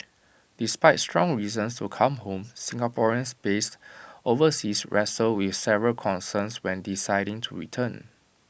despite strong reasons to come home Singaporeans based overseas wrestle with several concerns when deciding to return